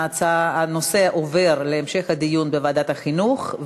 ההצעה, הנושא עובר להמשך הדיון בוועדת החינוך.